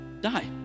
Die